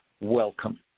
Welcome